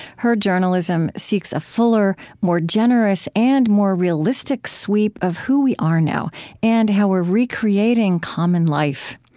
her journalism seeks a fuller, more generous and more realistic sweep of who we are now and how we're recreating common life.